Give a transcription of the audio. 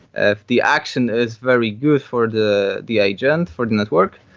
if the action is very good for the the agent, for the network,